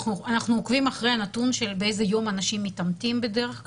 אנחנו עוקבים אחרי הנתון באיזה יום אנשים מתאמתים בדרך כלל.